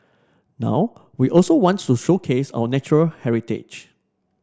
now we also want to showcase our natural heritage